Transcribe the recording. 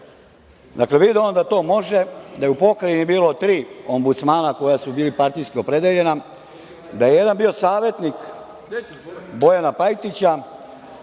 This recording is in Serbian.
video je on da to može, da je u pokrajini bilo tri Ombudsmana koja su bila partijski opredeljena, da je jedan bio savetnik Bojana Pajtića